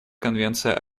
конвенция